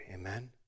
amen